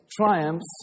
triumphs